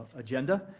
agenda.